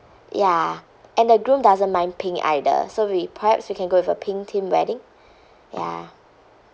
ya and the groom doesn't mind pink either so we perhaps we can go with a pink theme wedding ya